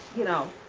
you know.